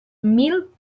mil